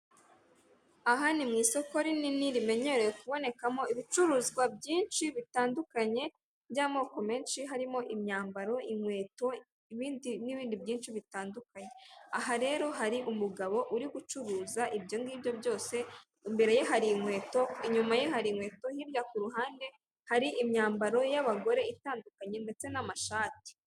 Aha ni mu isoko rinini rimenyerewe kubonekamo ibicuruzwa byinshi bitandukanye by'amoko menshi harimo imyambaro, inkweto, n'ibindi byinshi bitandukanye. Aha rero hari umugabo uri gucuruza ibyo ngibyo byose imbere ye hari inkweto, inyuma ye hari inkweto hirya ku ruhande, hari imyambaro y'abagore itandukanye ndetse n'amashati.